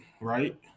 right